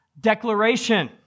declaration